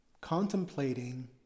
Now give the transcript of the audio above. contemplating